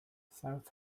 south